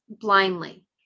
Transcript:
blindly